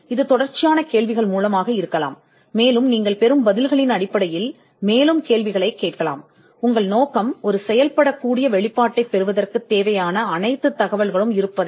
இது தொடர்ச்சியான கேள்விகள் மூலமாக இருக்கலாம் மேலும் நீங்கள் பெறும் பதில்களின் அடிப்படையில் மேலும் கேள்விகளைக் கேட்கலாம் நீங்கள் உறுதிசெய்வதே பொருள் பணிபுரியும் வெளிப்பாட்டிற்கு தகுதிபெறக்கூடிய அனைத்து தகவல்களும் உள்ளன